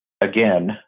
Again